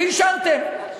ואישרתם.